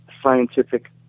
scientific